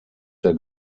der